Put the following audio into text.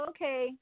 Okay